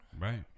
right